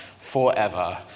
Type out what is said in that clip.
forever